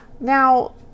Now